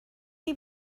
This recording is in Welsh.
chi